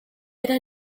era